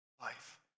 life